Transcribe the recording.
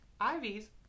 Ivy's